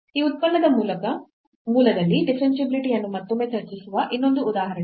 ಈ ಉತ್ಪನ್ನದ ಮೂಲದಲ್ಲಿ ಡಿಫರೆನ್ಷಿಯಾಬಿಲಿಟಿ ಯನ್ನು ಮತ್ತೊಮ್ಮೆ ಚರ್ಚಿಸುವ ಇನ್ನೊಂದು ಉದಾಹರಣೆ